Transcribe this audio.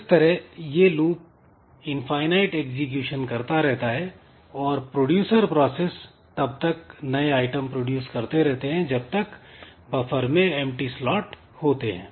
इस तरह यह लूप इनफाईनाइट एग्जीक्यूशन करता रहता है और प्रोड्यूसर प्रोसेस तब तक नए आइटम प्रोड्यूस करते रहते हैं जब तक बफर में एंप्टी स्लॉट होते हैं